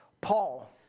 Paul